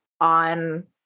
on